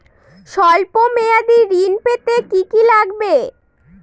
সল্প মেয়াদী ঋণ পেতে কি কি লাগবে?